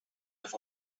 have